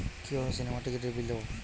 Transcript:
কিভাবে সিনেমার টিকিটের বিল দেবো?